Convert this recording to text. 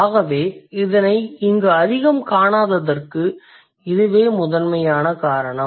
ஆகவே இதனை இங்கு அதிகம் காணாததற்கு இதுவே முதன்மையான காரணம்